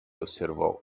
osservò